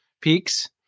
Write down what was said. peaks